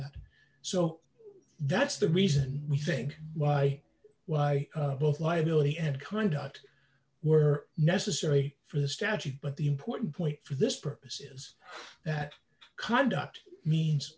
that so that's the reason we think why why both liability and conduct were necessary for the statute but the important point for this purpose is that conduct means